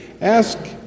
ask